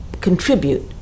contribute